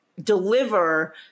deliver